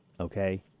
okay